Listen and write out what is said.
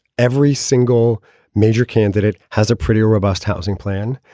every single major candidate has a pretty robust housing plan.